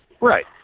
Right